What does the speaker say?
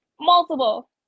multiple